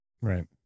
Right